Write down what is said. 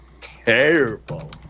terrible